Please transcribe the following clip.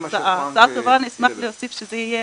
ההצעה טובה, אני אשמח להוסיף שזה יהיה